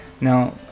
Now